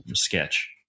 sketch